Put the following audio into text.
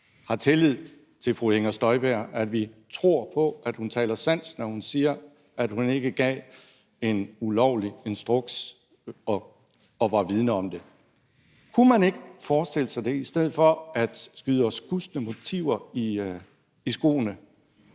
har tillid til fru Inger Støjberg – at vi tror på, at hun taler sandt, når hun siger, at hun ikke gav en ulovlig instruks og var vidende om det? Kunne man ikke forestille sig det i stedet for at skyde os usle motiver i skoene?